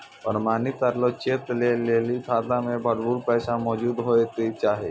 प्रमाणित करलो चेक लै लेली खाता मे भरपूर पैसा मौजूद होय के चाहि